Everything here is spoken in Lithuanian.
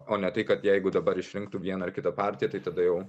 o ne tai kad jeigu dabar išrinktų vieną ar kitą partiją tai tada jau